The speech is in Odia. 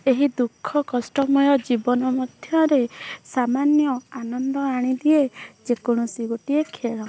ଏହି ଦୁଃଖ କଷ୍ଟମୟ ଜୀବନ ମଧ୍ୟରେ ସାମାନ୍ୟ ଆନନ୍ଦ ଆଣିଦିଏ ଯେକୌଣସି ଗୋଟିଏ ଖେଳ